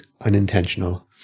unintentional